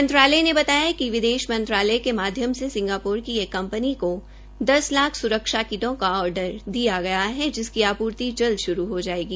मंत्रालय ने बताया कि विदेश मंत्रालय के माध्यम से सिंगाप्र की एक कंपनी को दस लाख स्रक्षा किटों का आर्डर दिया गया है जिसकी आपूर्ति जल्द श्रू हो जायेंगा